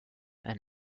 and